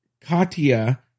Katya